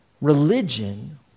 Religion